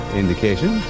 indication